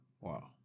Wow